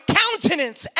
countenance